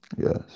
Yes